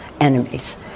enemies